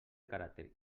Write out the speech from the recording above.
caràcter